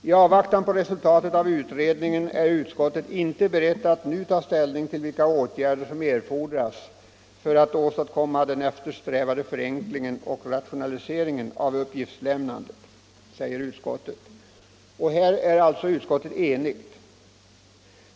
I avvaktan på resultatet av utredningen är utskottet inte berett att nu ta ställning till vilka åtgärder som erfordras för att åstadkomma den eftersträvade förändringen och rationaliseringen av uppgiftslämnandet.” Här är alltså utskottet enigt.